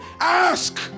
ask